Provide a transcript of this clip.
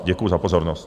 Děkuji za pozornost.